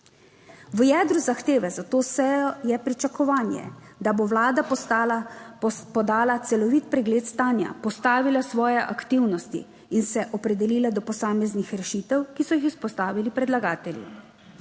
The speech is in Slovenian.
V jedru zahteve za to sejo je pričakovanje, da bo Vlada podala celovit pregled stanja, postavila svoje aktivnosti in se opredelila do posameznih rešitev, ki so jih izpostavili predlagatelji.